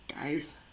Guys